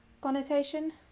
connotation